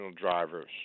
drivers